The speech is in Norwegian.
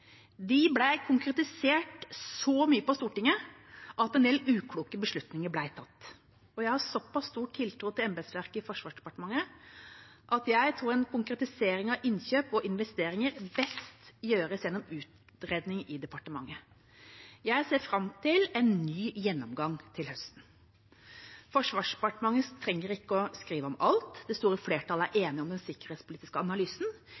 De ble konkretisert så mye på Stortinget at en del ukloke beslutninger ble tatt. Jeg har så pass stor tiltro til embetsverket i Forsvarsdepartementet at jeg tror en konkretisering av innkjøp og investeringer best gjøres gjennom utredning i departementet. Jeg ser fram til en ny gjennomgang til høsten. Forsvarsdepartementet trenger ikke å skrive om alt. Det store flertallet er enig om den sikkerhetspolitiske analysen.